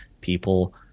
people